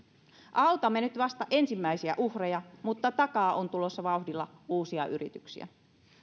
autamme nyt vasta ensimmäisiä uhreja mutta takaa on tulossa vauhdilla uusia yrityksiä